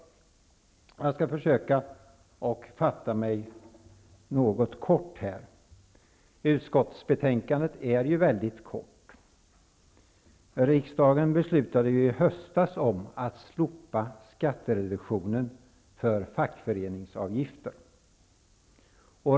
Jag skall försöka att fatta mig kort. Utskottsbetänkandet är ju mycket kort. Riksdagen beslutade i höstas att slopa skattereduktionen för fackföreningsavgifter.